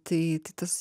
tai tai tas